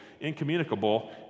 incommunicable